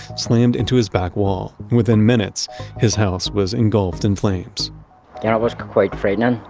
slammed into his back wall. within minutes his house was engulfed in flames that was quite frightening,